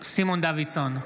סימון דוידסון,